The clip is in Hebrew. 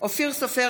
אופיר סופר,